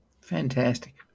Fantastic